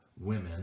women